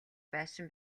байшин